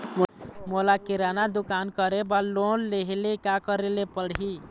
मोला किराना दुकान करे बर लोन लेहेले का करेले पड़ही?